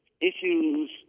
issues